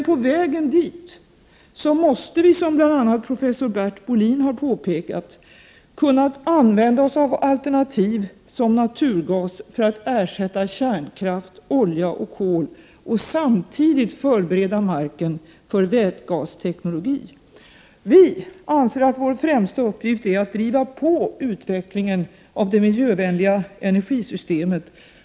På vägen dit måste vi emellertid, som bl.a. professor Bert Bolin har påpekat, kunna använda oss av alternativ som naturgas för att ersätta kärnkraft, olja och kol och samtidigt förbereda marken för vätgasteknologi. Vi anser att vår främsta uppgift är att driva på utvecklingen av det miljövänliga energisystemet.